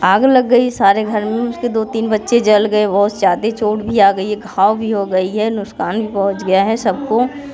आग लग गई सारे घर में उसके दो तीन बच्चे जल गए बहुत ज्यादे चोट भी आ गई घाव भी हो गई है नुकसान भी पहुँच गया है सबको